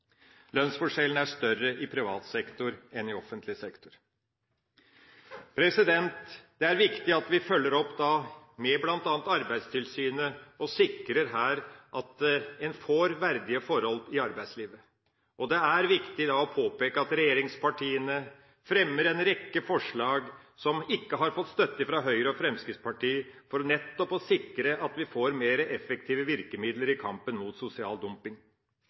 Lønnsforskjellene er større i privat sektor enn i offentlig sektor. Det er viktig at vi følger opp med bl.a. Arbeidstilsynet og sikrer at en her får verdige forhold i arbeidslivet. Det er viktig å påpeke at regjeringspartiene fremmer en rekke forslag – som ikke har fått støtte fra Høyre og Fremskrittspartiet – for nettopp å sikre at vi får mer effektive virkemidler i kampen mot sosial dumping.